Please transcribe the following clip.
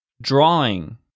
Drawing